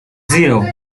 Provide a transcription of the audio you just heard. zero